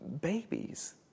babies